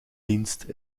dienst